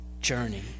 journey